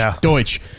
Deutsch